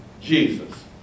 Jesus